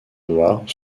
noires